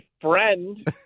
friend